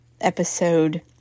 episode